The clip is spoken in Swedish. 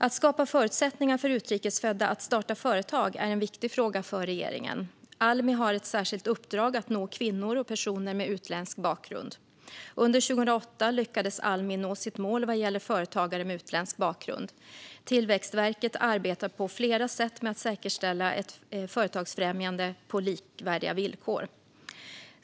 Att skapa förutsättningar för utrikes födda att starta företag är en viktig fråga för regeringen. Almi har ett särskilt uppdrag att nå kvinnor och personer med utländsk bakgrund. Under 2018 lyckades Almi nå sitt mål vad gäller företagare med utländsk bakgrund. Tillväxtverket arbetar på flera sätt med att säkerställa ett företagsfrämjande på likvärdiga villkor.